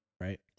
Right